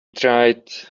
tried